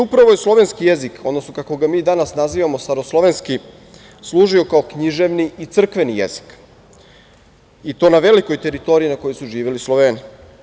Upravo je slovenski jezik, odnosno kako ga mi danas nazivamo staroslovenski, služio kao književni i crkveni jezik i to na velikoj teritoriji na kojoj su živeli Sloveni.